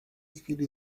chwili